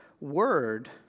word